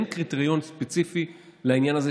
אין קריטריון ספציפי לעניין הזה,